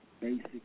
basic